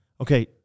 Okay